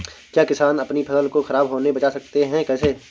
क्या किसान अपनी फसल को खराब होने बचा सकते हैं कैसे?